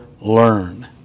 learn